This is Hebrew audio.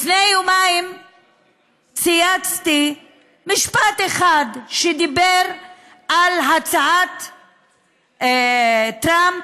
לפני יומיים צייצתי משפט אחד שדיבר על הצעת טראמפ,